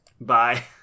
Bye